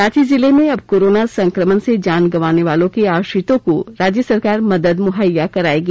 रांची जिले में अब कोरोना संक्रमण से जान गंवाने वालों के आश्रितों को राज्य सरकार मदद मुहैया कराएगी